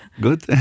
Good